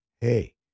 Hey